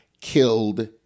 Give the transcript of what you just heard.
killed